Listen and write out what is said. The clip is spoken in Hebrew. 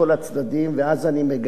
ואז אני מגבש את עמדתי.